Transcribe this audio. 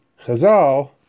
Chazal